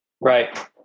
Right